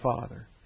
Father